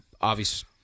obvious